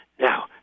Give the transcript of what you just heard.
Now